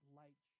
light